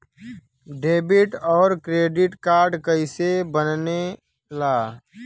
Debit और credit card कईसे बने ने ला?